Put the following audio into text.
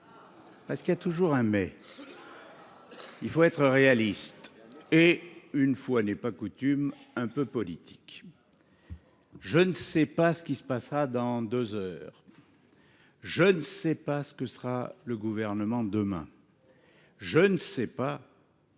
», mes chers collègues – il faut être réaliste et, une fois n’est pas coutume, un peu politique. Je ne sais pas ce qu’il se passera dans deux heures. Je ne sais pas qui sera au Gouvernement demain. Je ne sais pas